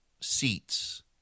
seats